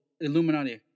Illuminati